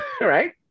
right